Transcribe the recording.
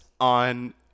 on